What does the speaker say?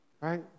right